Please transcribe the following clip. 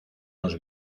los